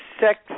sex